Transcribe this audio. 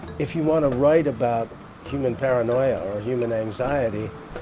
if you want to write about human paranoia or human anxiety,